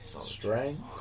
strength